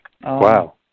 Wow